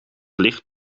ligt